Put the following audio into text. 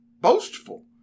boastful